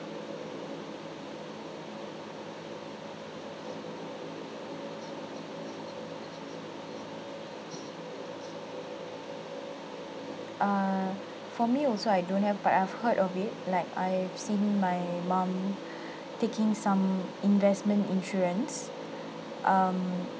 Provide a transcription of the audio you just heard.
err for me also I don't have but I've heard of it like I've seen my mom taking some investment insurance um